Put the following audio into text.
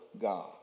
God